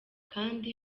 kandi